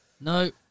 No